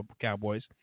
Cowboys